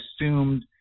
assumed